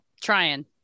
trying